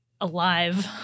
alive